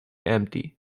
empty